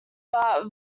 but